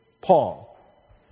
Paul